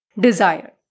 desire